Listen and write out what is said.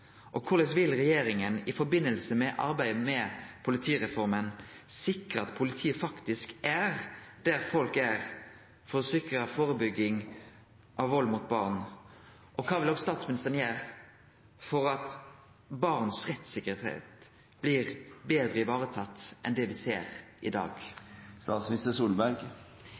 Korleis vil regjeringa i samband med arbeidet med politireforma sikre at politiet faktisk er der folk er, for å sikre førebygging av vald mot barn, og kva vil statsministeren gjere for at rettssikkerheita for barn blir betre teken vare på enn det me ser i dag?